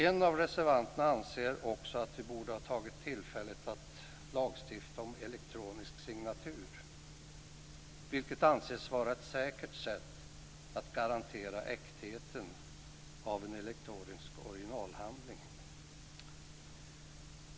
En av reservanterna anser också att vi borde ha tagit tillfället i akt att lagstifta om elektronisk signatur, vilket anses vara ett säkert sätt att garantera äktheten av en elektronisk originalhandling.